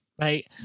right